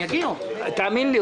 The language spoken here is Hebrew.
תאמין לי,